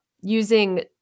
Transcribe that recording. using